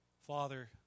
Father